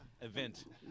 event